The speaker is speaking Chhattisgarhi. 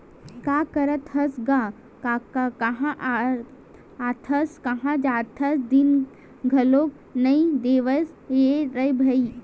का करत हस गा कका काँहा आथस काँहा जाथस दिखउले नइ देवस रे भई?